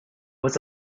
was